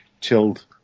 chilled